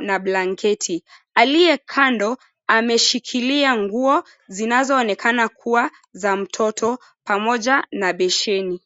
na blanketi. Aliye kando ameshikilia nguo zinazoonekana kuwa za mtoto pamoja na beseni.